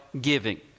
giving